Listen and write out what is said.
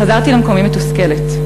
חזרתי למקומי מתוסכלת,